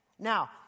Now